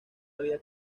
había